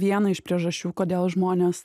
vieną iš priežasčių kodėl žmonės